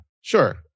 Sure